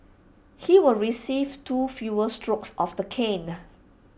he will receive two fewer strokes of the cane